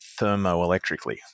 thermoelectrically